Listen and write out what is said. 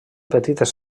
petites